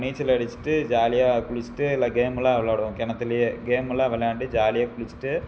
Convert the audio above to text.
நீச்சல் அடிச்சுட்டு ஜாலியாக குளிச்சுட்டு எல்லா கேமெல்லாம் விளாடுவோம் கிணத்துலேயே கேமெல்லாம் விளாண்டு ஜாலியாக குளிச்சுட்டு